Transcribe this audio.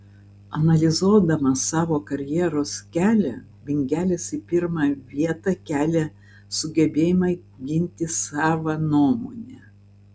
analizuodamas savo karjeros kelią bingelis į pirmą vietą kelia sugebėjimą ginti savą nuomonę